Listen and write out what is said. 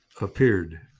appeared